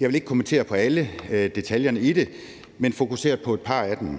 Jeg vil ikke kommentere på alle detaljerne i det, men fokusere på et par af dem.